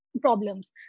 problems